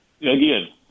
again